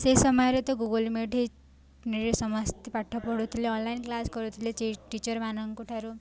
ସେ ସମୟରେ ତ ଗୁଗଲ୍ ମିଟ୍ ସମସ୍ତେ ପାଠ ପଢ଼ୁଥିଲେ ଅନଲାଇନ୍ କ୍ଲାସ୍ କରୁଥିଲେ ଟିଚର୍ ମାନଙ୍କ ଠାରୁ